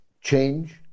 change